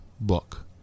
book